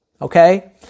Okay